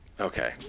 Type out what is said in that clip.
Okay